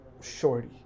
shorty